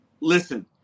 Listen